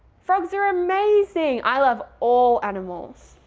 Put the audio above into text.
frogs are amazing! i love all animals.